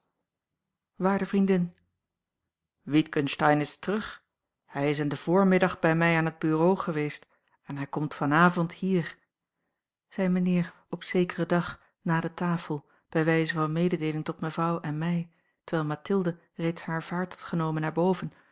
waarde vriendin witgensteyn is terug hij is in den voormiddag bij mij aan het bureau geweest en hij komt van avond hier zei mijnheer op zekeren dag na de tafel bij wijze van mededeeling tot mevrouw en mij terwijl mathilde reeds haar vaart had genomen naar boven